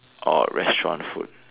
or restaurant food